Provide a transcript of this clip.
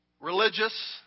religious